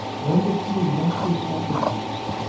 one of the two must be sacrificed,